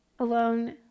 alone